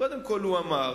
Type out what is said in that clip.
קודם כול הוא אמר